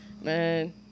man